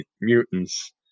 mutants